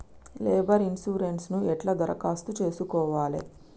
Labour insurance ఎట్ల దరఖాస్తు చేసుకోవాలే?